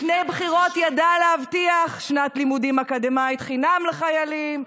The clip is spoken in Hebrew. לפני הבחירות ידע להבטיח שנת לימודים אקדמית חינם לחיילים,